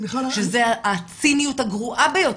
שזו הציניות הגרועה ביותר.